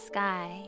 Sky